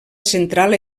central